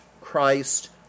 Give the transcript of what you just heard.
Christ